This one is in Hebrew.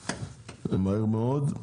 זה מהר מאוד.